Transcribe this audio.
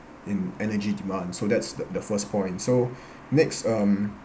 in energy demand so that's the the first point so next um